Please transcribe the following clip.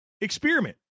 experiment